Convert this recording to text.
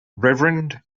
reverend